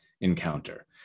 encounter